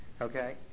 okay